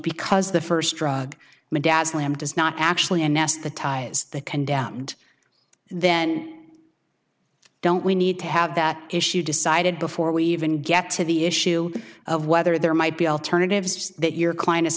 because the first drug my dad slam does not actually anesthetize the condemned then don't we need to have that issue decided before we even get to the issue of whether there might be alternatives that your client